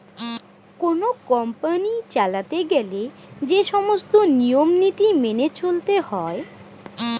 কোন কোম্পানি চালাতে গেলে যে সমস্ত নিয়ম নীতি মেনে চলতে হয়